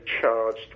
charged